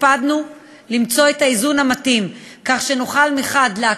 הקפדנו למצוא את האיזון המתאים כך שנוכל מחד גיסא